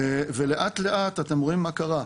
ולאט לאט אתם רואים מה קרה,